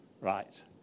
Right